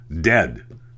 dead